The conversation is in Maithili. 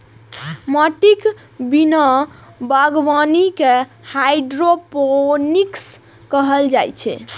माटिक बिना बागवानी कें हाइड्रोपोनिक्स कहल जाइ छै